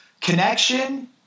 connection